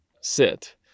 sit